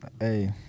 Hey